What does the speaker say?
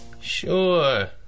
Sure